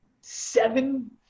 seven